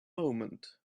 moment